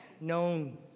known